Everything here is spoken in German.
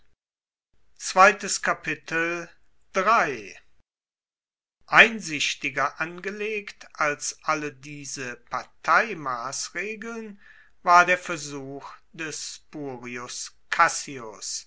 einsichtiger angelegt als alle diese parteimassregeln war der versuch des spurius cassius